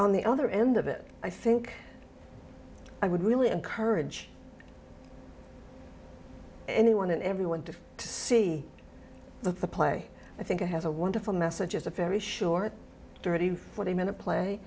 on the other end of it i think i would really encourage anyone and everyone to see the play i think it has a wonderful message is a very short thirty forty minute play